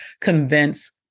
convince